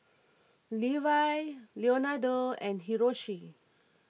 Levi Leonardo and Hiroshi